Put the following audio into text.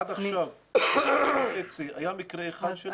עד עכשיו אחרי שנה וחצי היה מקרה אחד של דין משמעתי?